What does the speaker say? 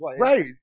Right